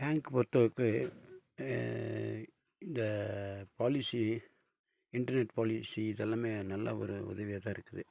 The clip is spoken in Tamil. பேங்க் பொறுத்தளவுக்கு இந்த பாலிசி இண்டர்நெட் பாலிசி இதெல்லாமே நல்லா ஒரு உதவியாக தான் இருக்குது